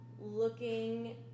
looking